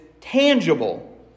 tangible